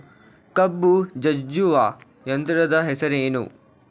ಕಬ್ಬು ಜಜ್ಜುವ ಯಂತ್ರದ ಹೆಸರೇನು?